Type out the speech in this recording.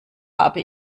habe